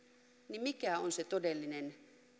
niin mikä on se todellinen